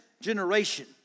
generation